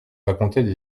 racontaient